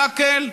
להקל.